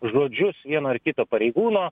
žodžius vieno ar kito pareigūno